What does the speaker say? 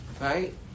Right